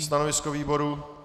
Stanovisko výboru?